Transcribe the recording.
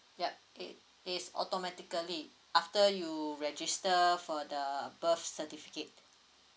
yup K it's automatically after you register for the birth certificate